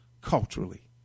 culturally